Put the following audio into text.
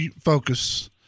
Focus